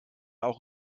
auch